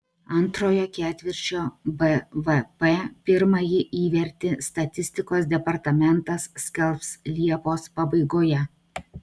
antrojo ketvirčio bvp pirmąjį įvertį statistikos departamentas skelbs liepos pabaigoje